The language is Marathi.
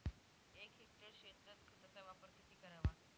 एक हेक्टर क्षेत्रात खताचा वापर किती करावा?